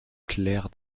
claire